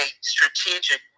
strategic